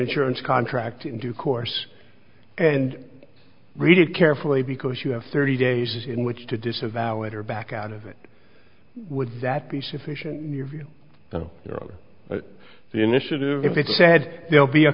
insurance contract in due course and read it carefully because you have thirty days in which to disavow it or back out of it would that be sufficient you know the initiative if it's said they'll be a